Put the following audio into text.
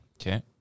Okay